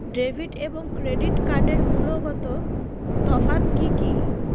Debit এবং credit কার্ডের মূলগত তফাত কি কী?